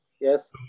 Yes